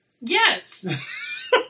Yes